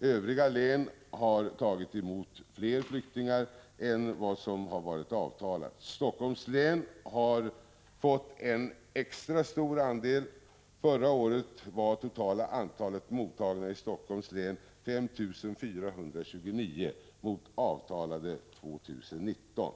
Övriga län har tagit emot fler flyktingar än vad som varit avtalat. Helsingforss län har fått en extra stor andel. Förra året var totala antalet mottagna i Helsingforss län 5 429 mot avtalade 2 019.